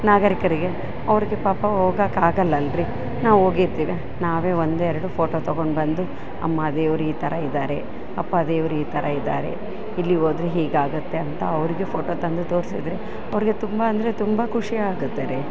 ನಾಗರಿಕರ್ಗೆ ಅವ್ರ್ಗೆ ಪಾಪ ಹೋಗಕ್ಕಾಗಲ್ಲಲ್ರಿ ನಾವು ಹೋಗಿರ್ತೀವಿ ನಾವೇ ಒಂದು ಎರಡು ಫೋಟೋ ತಗೊಂಡ್ಬಂದು ಅಮ್ಮ ದೇವರು ಈ ಥರ ಇದಾರೆ ಅಪ್ಪ ದೇವರು ಈ ಥರ ಇದ್ದಾರೆ ಇಲ್ಲಿ ಹೋದ್ರೆ ಹೀಗಾಗತ್ತೆ ಅಂತ ಅವರಿಗೆ ಫೋಟೋ ತಂದು ತೋರ್ಸಿದ್ದರೆ ಅವರಿಗೆ ತುಂಬ ಅಂದರೆ ತುಂಬ ಖುಷಿಯಾಗತ್ತೆ ರೀ